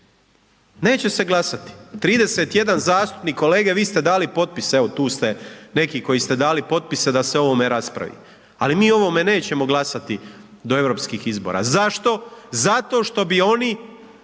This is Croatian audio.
neće se glasati, 31 zastupnik, kolege vi ste dali potpis, evo tu ste neki koji ste dali potpise da se o ovome raspravi, ali mi o ovome nećemo glasati do europskih izbora. Zašto? Zato što bi oni